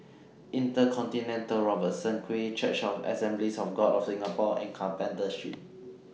InterContinental Robertson Quay Church of The Assemblies of God of Singapore and Carpenter Street